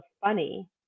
funny